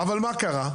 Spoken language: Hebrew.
אבל מה קרה?